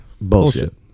Bullshit